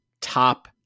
top